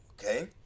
okay